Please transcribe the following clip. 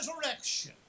resurrection